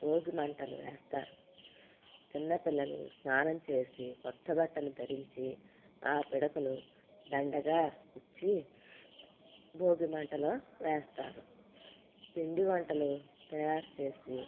భోగి మంటలు వేస్తారు చిన్నపిల్లలు స్నానం చేసి కొత్త బట్టలు ధరించి ఆ పిడకలు దండగా గుచ్చి భోగిమంటలో వేస్తారు పిండి వంటలు తయారుచేసి